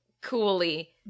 coolly